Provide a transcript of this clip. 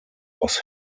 was